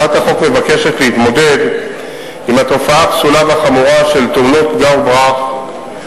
הצעת החוק מבקשת להתמודד עם התופעה הפסולה והחמורה של תאונות פגע וברח,